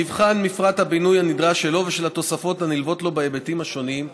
נבחן מפרט הבינוי הנדרש שלו ושל התוספות הנלוות לו בהיבטים שונים,